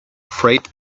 freight